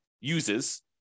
uses